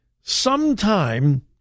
Sometime